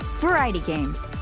variety games.